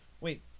Wait